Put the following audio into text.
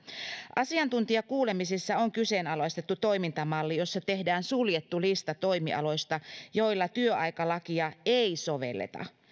asiantuntijakuulemisissa on kyseenalaistettu toimintamalli jossa tehdään suljettu lista toimialoista joilla työaikalakia ei sovelleta